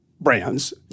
brands